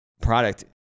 product